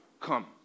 come